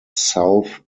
south